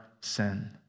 sin